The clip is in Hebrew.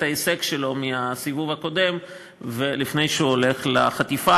ההישג שלו מהסיבוב הקודם ולפני שהוא הולך לחטיפה.